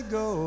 go